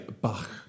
Bach